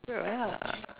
ya